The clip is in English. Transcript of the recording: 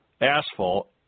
asphalt